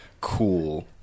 Cool